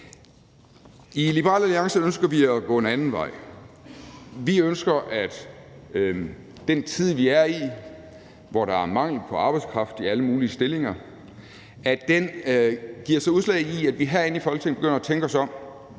I Liberal Alliance ønsker vi at gå en anden vej. Vi ønsker, at den tid, vi er i, hvor der er mangel på arbejdskraft i alle mulige stillinger, giver sig udslag i, at vi herinde i Folketinget begynder at tænke os om: